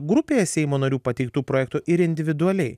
grupėje seimo narių pateiktų projektų ir individualiai